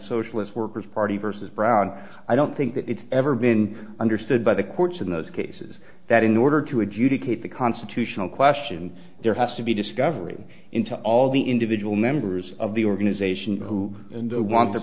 socialist workers party versus brown i don't think that it's ever been understood by the courts in those cases that in order to adjudicate the constitutional question there has to be discovery into all the individual members of the organization who and to